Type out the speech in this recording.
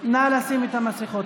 נא לשים את המסכות.